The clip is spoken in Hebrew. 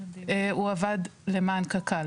הוא עבד למען קק"ל.